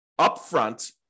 upfront